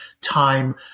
time